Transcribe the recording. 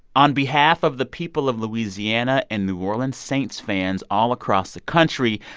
on behalf of the people of louisiana and new orleans saints fans all across the country,